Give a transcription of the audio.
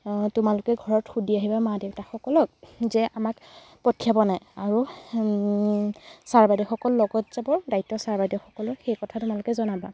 তোমালোকে ঘৰত সুধি আহিবা মা দেউতাসকলক যে আমাক পঠিয়াব নাই আৰু ছাৰ বাইদেউসকল লগত যাব দায়িত্ব ছাৰ বাইদেউসকলৰ সেই কথাটো তোমালোকে জনাবা